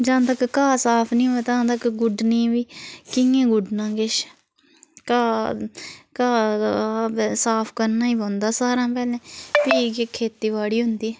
जां तक घाह् साफ़ नी होवै तां तक गुड्डने बी कियां गुड्डना किश घाह् घाह् साफ़ करना ही पौंदा सारा पैह्ला फ्ही ही खेतीबाड़ी होंदी